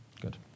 Good